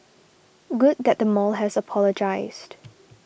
good that the mall has apologised